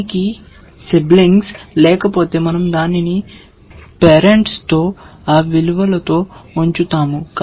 దీనికి సిబ్లింగ్స్ లేకపోతే మన০ దానిని పేరెంట్స్ తో ఆ విలువతో ఉంచుతాము